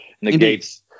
negates